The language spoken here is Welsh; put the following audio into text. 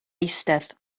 eistedd